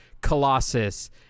Colossus